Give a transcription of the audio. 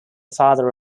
father